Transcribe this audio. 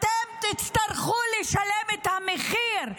אתם תצטרכו לשלם את המחיר.